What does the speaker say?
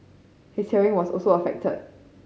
his hearing was also affected